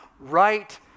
right